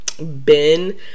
Ben